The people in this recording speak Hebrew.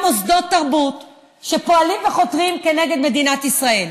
מוסדות תרבות שפועלים וחותרים כנגד מדינת ישראל.